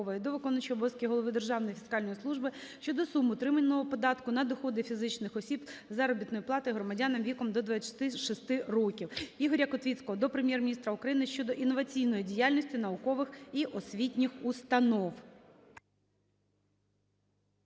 до виконуючого обов'язки голови Державної фіскальної служби щодо сум утриманого податку на доходи фізичних осіб з заробітної плати громадян віком до 26 років. Ігоря Котвіцького до Прем'єр-міністра України щодо інноваційної діяльності наукових і освітніх установ.